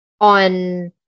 on